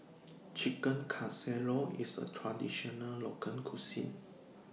Chicken Casserole IS A Traditional Local Cuisine